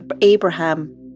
Abraham